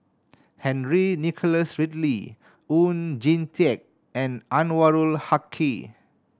Henry Nicholas Ridley Oon Jin Teik and Anwarul Haque